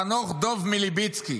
חנוך דב מלביצקי,